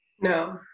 No